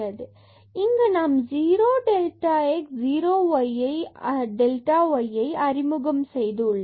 இங்கு நாம் 0 delta x 0 delta yஐ அறிமுகம் செய்து உள்ளோம்